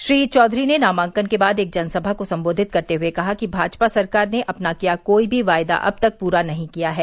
श्री चौधरी ने नामांकन के बाद एक जनसभा को संबोधित करते हुए कहा कि भाजपा सरकार ने अपना किया कोई भी वादा अब तक पूरा नहीं किया है